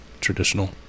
traditional